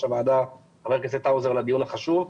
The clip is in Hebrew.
הוועדה חבר הכנסת צבי האוזר על הדיון החשוב.